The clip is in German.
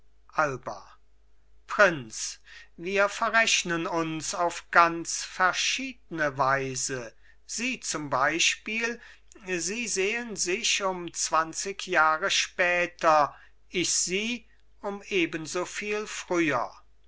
alba prinz wir verrechnen uns auf ganz verschiedne weise sie zum beispiel sie sehen sich um zwanzig jahre später ich sie um ebensoviel früher